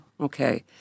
Okay